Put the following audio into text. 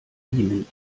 ihnen